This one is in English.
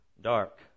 dark